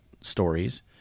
stories